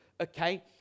okay